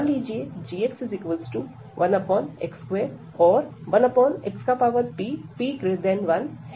मान लीजिए gx1x2or1xpp1